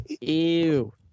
Ew